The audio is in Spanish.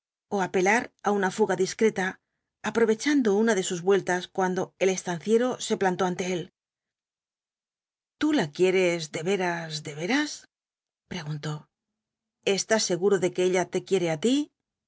ó apelar á una fuga discreta aprovechando una de sus vueltas cuando el estanciero se plantó ante él tú la quieres de veras de veras preguntó estás seguro de que ella te quiere á ti